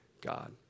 God